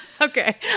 Okay